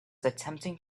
attempting